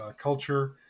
culture